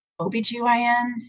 OBGYNs